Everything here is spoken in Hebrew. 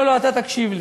לא, לא, אתה תקשיב לי.